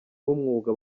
b’umwuga